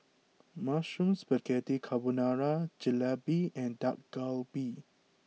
Mushroom Spaghetti Carbonara Jalebi and Dak Galbi